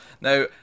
Now